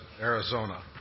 Arizona